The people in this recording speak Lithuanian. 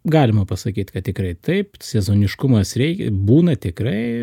galima pasakyt kad tikrai taip sezoniškumas reikia būna tikrai